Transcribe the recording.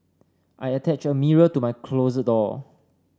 I attached a mirror to my closet door